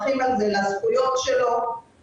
שאמרתי, ואתן לטלי לנהל את הדיאלוג מולכם.